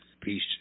peace